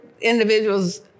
individuals